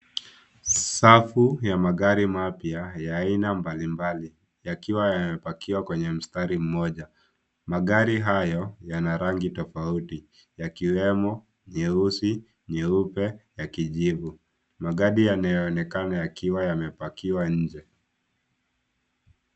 Safu ya magari mapya ya aina mbalimbali yakiwa yamepakiwa kwenye mstari mmoja. Magari hayo yana rangi tofauti yakiwemo, nyeusi, nyeupe, ya kijivu. Magari yanaonekana yaakiwa yamepakiwa nje.